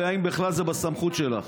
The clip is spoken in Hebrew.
ואם בכלל זה בסמכות שלך.